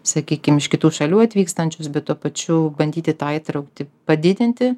sakykim iš kitų šalių atvykstančius bet tuo pačiu bandyti tą įtrauktį padidinti